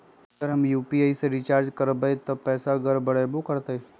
अगर हम यू.पी.आई से रिचार्ज करबै त पैसा गड़बड़ाई वो करतई?